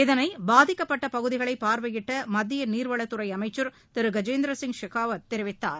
இதனைபாதிக்கப்பட்டபகுதிகளைபார்வையிட்டமத்தியநீர்வளத் துறைஅமைச்சர் திருகஜேந்திரசிய் ஷெகாவத் தெரிவித்தார்